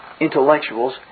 Intellectuals